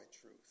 truth